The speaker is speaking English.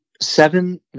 seven